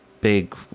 big